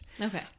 Okay